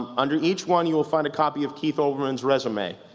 under each one, you will find a copy of keith olberman's resume.